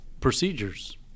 procedures